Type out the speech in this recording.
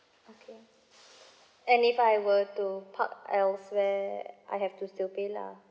okay and if I were to park else where I have to still pay lah